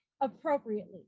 appropriately